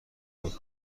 بود